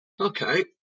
Okay